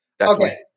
Okay